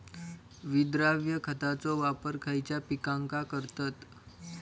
विद्राव्य खताचो वापर खयच्या पिकांका करतत?